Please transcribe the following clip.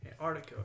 Antarctica